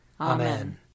Amen